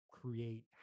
create